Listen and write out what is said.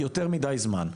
יותר מדי זמן,